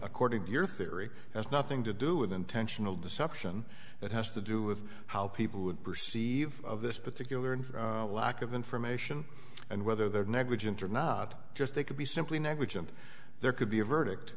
according to your theory has nothing to do with intentional deception it has to do with how people would perceive this particular lack of information and whether their negligence or not just they could be simply negligent there could be a verdict